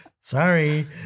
Sorry